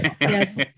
yes